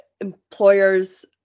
employers